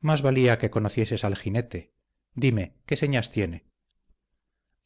más valía que conocieses al jinete dime qué señas tiene